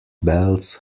belts